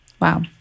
Wow